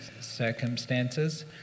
circumstances